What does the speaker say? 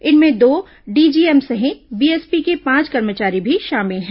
इनमें दो डीजीएम सहित बीएसपी के पांच कर्मचारी भी शामिल हैं